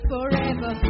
Forever